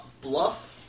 Bluff